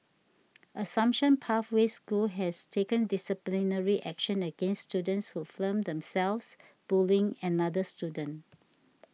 Assumption Pathway School has taken disciplinary action against students who filmed themselves bullying another student